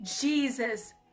Jesus